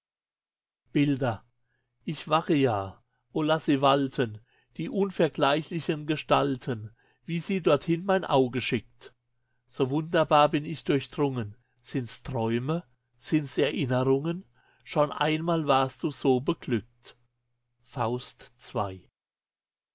bilder ich wache ja o laß sie walten die unvergleichlichen gestalten wie sie dorthin mein auge schickt so wunderbar bin ich durchdrungen sind's träume sind's erinnerungen schon einmal warst du so beglückt faust ii